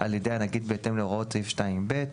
על ידי הנגיד בהתאם להוראות סעיף 2(ב).